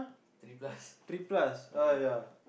three plus ah